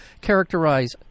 characterize